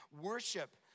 worship